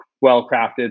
well-crafted